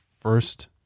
first